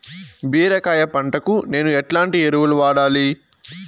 బీరకాయ పంటకు నేను ఎట్లాంటి ఎరువులు వాడాలి?